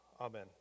Amen